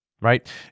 right